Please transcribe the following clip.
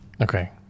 Okay